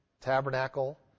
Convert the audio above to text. tabernacle